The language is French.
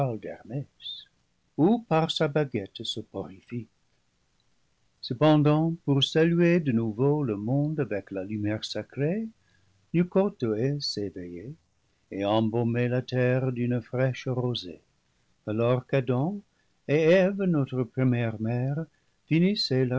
ou par sa baguette soporifique cependant pour saluer de nouveau le monde avec la lumière sacrée leucothoé s'éveillait et embaumait la terre d'une fraîche rosée alors qu'adam et eve notre première mère